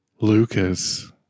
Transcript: Lucas